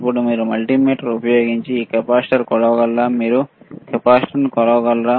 ఇప్పుడు మీరు మల్టీమీటర్ ఉపయోగించి ఈ కెపాసిటర్ కొలవగలరా